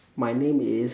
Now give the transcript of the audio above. my name is